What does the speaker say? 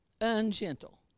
Ungentle